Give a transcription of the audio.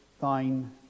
thine